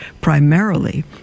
primarily